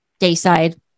dayside